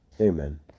Amen